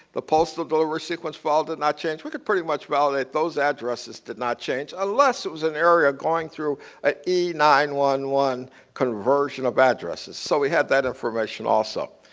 the postal delivery sequence did not change, we could pretty much validate those addresses did not change unless it was an area going through an e nine one one conversion of addresses. so we had that information also.